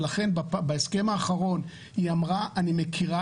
ולכן בהסכם האחרון היא אמרה: אני מכירה